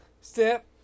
Step